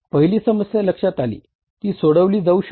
पहिली समस्या लक्षात आली ती सोडवली जाऊ शकते